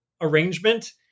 arrangement